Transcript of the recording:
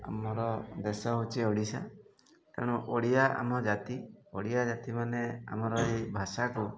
ଆମର ଦେଶ ହେଉଛି ଓଡ଼ିଶା ତେଣୁ ଓଡ଼ିଆ ଆମ ଜାତି ଓଡ଼ିଆ ଜାତିମାନେ ଆମର ଏହି ଭାଷାକୁ